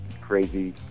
crazy